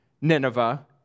Nineveh